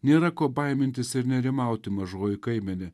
nėra ko baimintis ir nerimauti mažoji kaimene